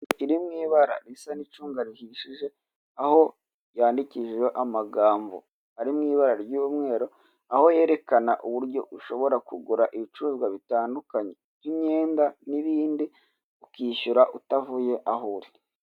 Iri mu ibara risa n'icunga rihishije, aho yandikishijweho amagambo ari mu ibara ry'umweru, aho yerekana uburyo ushobora kugura ibicuruzwa bitandukanye by'imyenda n'ibindi ukishyura utavuye aho uri.